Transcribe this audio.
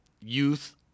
youth